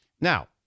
Now